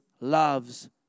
loves